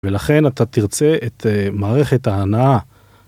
ולכן אתה תרצה את מערכת ההנעה